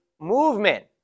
movement